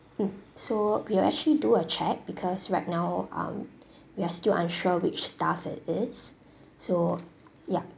mm so we'll actually do a check because right now um we are still unsure which staff it is so ya